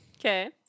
okay